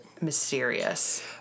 mysterious